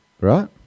Right